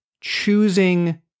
choosing